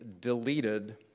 deleted